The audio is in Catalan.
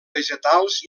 vegetals